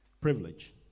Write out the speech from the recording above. privilege